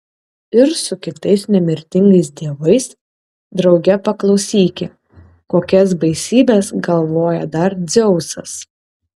ir su kitais nemirtingais dievais drauge paklausyki kokias baisybes galvoja dar dzeusas